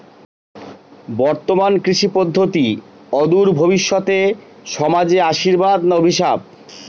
বর্তমান কৃষি পদ্ধতি অদূর ভবিষ্যতে সমাজে আশীর্বাদ না অভিশাপ?